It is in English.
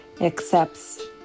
accepts